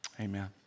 Amen